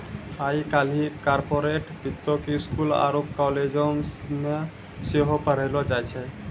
आइ काल्हि कार्पोरेट वित्तो के स्कूलो आरु कालेजो मे सेहो पढ़ैलो जाय छै